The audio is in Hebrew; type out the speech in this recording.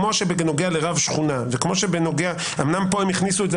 כמו שבנוגע לרב שכונה אומנם פה הם הכניסו את זה